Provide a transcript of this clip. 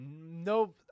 no